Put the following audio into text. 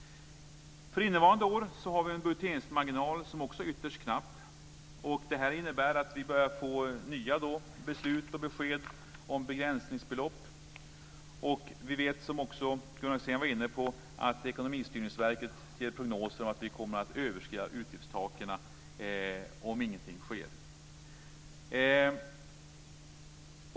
För innevarande år har vi en budgeteringsmarginal som också är ytterst knapp. Det innebär att vi börjar få nya beslut och besked om begränsningsbelopp. Vi vet, som Gunnar Axén var inne på, att Ekonomistyrningsverket ger prognoser om att vi kommer att överskrida utgiftstaken om ingenting sker.